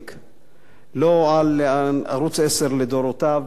לא על ערוץ-10 לדורותיו בהתנהלות שלו,